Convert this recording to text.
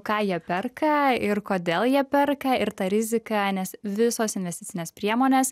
ką jie perka ir kodėl jie perka ir ta rizika nes visos investicinės priemonės